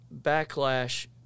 backlash